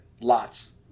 Lots